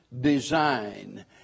design